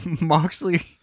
Moxley